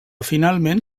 finalment